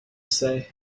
say